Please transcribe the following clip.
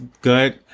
good